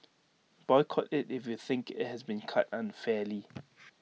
boycott IT if you think IT has been cut unfairly